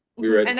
we were and